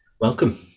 Welcome